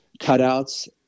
cutouts